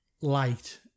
light